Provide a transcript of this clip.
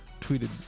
tweeted